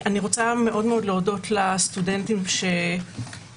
אני מודה מאוד לסטודנטים שלנו,